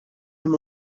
him